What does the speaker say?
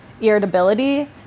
irritability